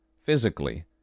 physically